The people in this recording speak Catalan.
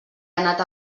anat